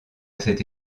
cette